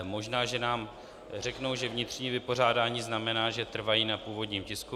Možná že nám řeknou, že vnitřní vypořádání znamená, že trvají na původním tisku.